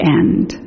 end